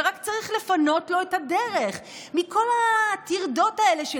ורק צריך לפנות לו את הדרך מכל הטרדות האלה של